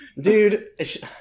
Dude